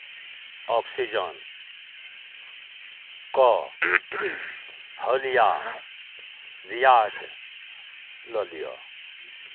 ऑक्सीजनके हालिया रिकार्ड लऽ लिअ